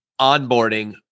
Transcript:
onboarding